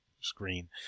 screen